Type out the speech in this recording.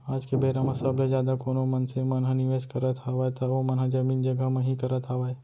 आज के बेरा म सबले जादा कोनो मनसे मन ह निवेस करत हावय त ओमन ह जमीन जघा म ही करत हावय